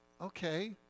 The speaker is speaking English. okay